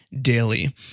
daily